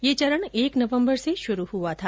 यह चरण एक नवंबर से शुरू हुआ था